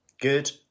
Good